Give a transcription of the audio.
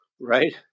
Right